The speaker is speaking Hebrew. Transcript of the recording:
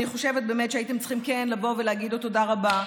אני חושבת שהייתם צריכים לבוא ולהגיד לו: תודה רבה.